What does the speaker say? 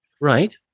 Right